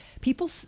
people –